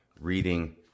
reading